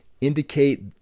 indicate